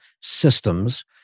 systems